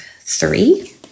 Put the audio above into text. three